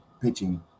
pitching